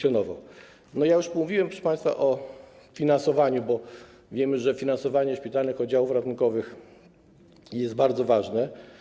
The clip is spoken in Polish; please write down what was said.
Ja już mówiłem, proszę państwa, o finansowaniu, bo wiemy, że finansowanie szpitalnych oddziałów ratunkowych jest bardzo ważne.